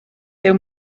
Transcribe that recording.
byw